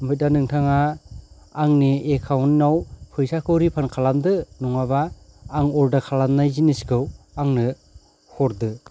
ओमफाय दा नोंथाङा आंनि एकाउन्टआव फैसाखौ रिफान खालामदो नङाबा आं अर्दार खालामनाय जिनिसखौ आंनो हरदो